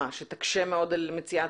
שהדרישה של תואר אקדמי תקשה מאוד על מציאת